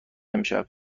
امشب